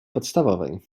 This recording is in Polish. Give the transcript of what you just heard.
podstawowej